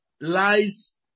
lies